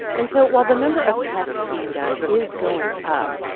and so while the number of tests being done is going up,